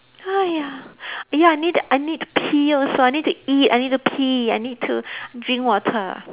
!haiya! ya I need I need to pee also I need to eat I need to pee I need to drink water